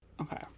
Okay